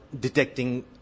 detecting